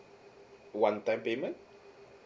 one time payment